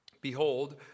Behold